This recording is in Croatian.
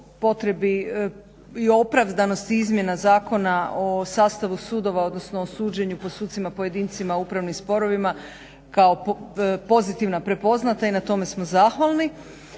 potrebi i opravdanosti izmjena zakona o sastavu sudova odnosno o suđenju po sucima pojedincima u upravnim sporovima kao pozitivna prepoznata i na tome smo zahvalni.